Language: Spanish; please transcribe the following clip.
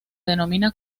denomina